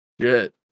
Good